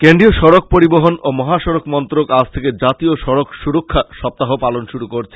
কেন্দ্রীয় সড়ক পরিবহন ও মাহসড়ক মন্ত্রক আজ থেকে জাতীয় সড়ক সুরক্ষা সপ্তাহ পালন শুরু করছে